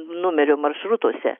numerio maršrutuose